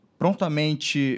prontamente